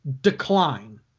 decline